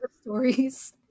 Stories